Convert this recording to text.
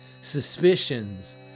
Suspicions